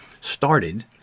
started